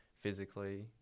physically